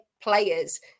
players